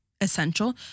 essential